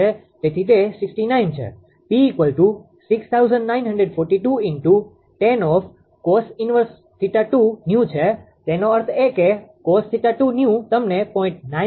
તેથી તે 69 છે P6942 × tan cos−1 𝜃2𝑛𝑒𝑤 છે તેનો અર્થ એ કે cos𝜃2𝑛𝑒𝑤 તમને 0